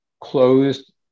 closed